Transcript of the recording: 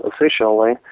officially